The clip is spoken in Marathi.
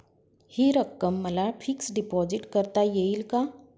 हि रक्कम मला फिक्स डिपॉझिट करता येईल का?